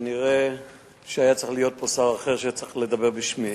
כנראה היה צריך להיות פה שר אחר שהיה צריך לדבר בשמי.